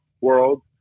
world